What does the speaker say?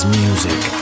music